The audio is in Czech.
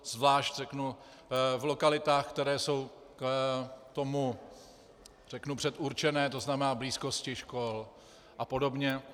Zvlášť řeknu v lokalitách, které jsou k tomu řeknu předurčené, to znamená v blízkosti škol a podobně?